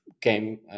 came